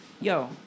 Yo